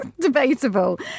debatable